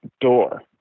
door